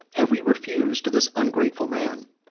have we refused to this ungrateful man?